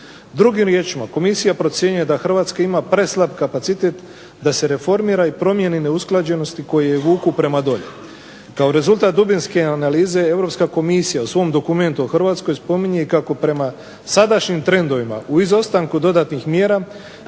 Drugim riječima Komisija procjenjuje da Hrvatska ima preslab kapacitet, da se reformira i promjeni neusklađenosti koje je vuku prema dolje. Kao rezultat dubinske analize Europska komisija u svom dokumentu o Hrvatskoj spominje kako prema sadašnjim trendovima u izostanku dodatnih mjera